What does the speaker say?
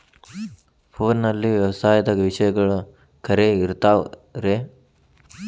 ಫೋನಲ್ಲಿ ವ್ಯವಸಾಯದ ವಿಷಯಗಳು ಖರೇ ಇರತಾವ್ ರೇ?